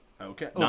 Okay